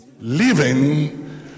Living